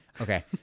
Okay